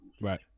Right